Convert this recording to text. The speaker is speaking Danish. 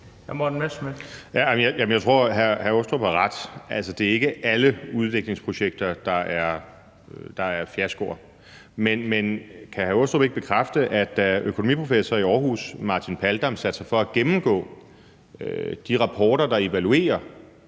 jeg tror, at hr. Michael Aastrup Jensen har ret. Altså, det er ikke alle udviklingsprojekter, der er fiaskoer. Men kan hr. Michael Aastrup Jensen ikke bekræfte, at da økonomiprofessor i Aarhus Martin Paldam satte sig for at gennemgå de rapporter, der evaluerer